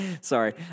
Sorry